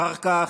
אחר כך,